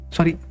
Sorry